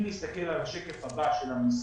אם נסתכל על השטח הבא של המשרות,